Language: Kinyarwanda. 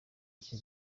icyo